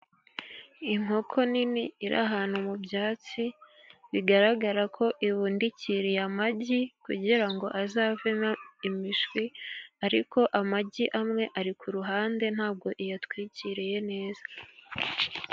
Inkoko nini iri ahantu mu byatsi, bigaragara ko ibundikiriye amagi, kugira ngo azavemo imishwi. Ariko amagi amwe ari ku ruhande ntabwo iyatwikiriye neza.